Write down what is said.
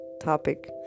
topic